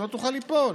שלא תוכל ליפול.